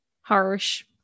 harsh